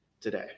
today